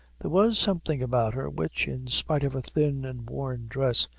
there was something about her which, in spite of her thin and worn dress,